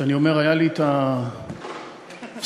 ואני חושבת שאנחנו גם לא רוצים להיות בדמוקרטיה היוונית,